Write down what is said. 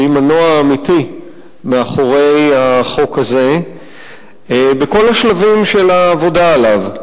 שהיא מנוע אמיתי מאחורי החוק הזה בכל השלבים של העבודה עליו,